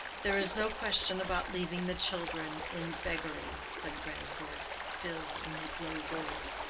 there is no question about leaving the children in beggary, said grandcourt still in his low voice.